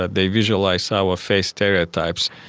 ah they visualise our face stereotypes,